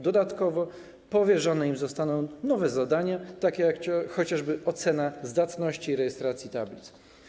Dodatkowo powierzone im zostaną nowe zadania, takie jak chociażby ocena zdatności odnośnie do rejestracji tablic.